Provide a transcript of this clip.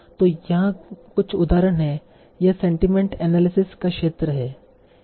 तो यहाँ कुछ उदाहरण हैं यह सेंटिमेंट एनालिसिस का क्षेत्र है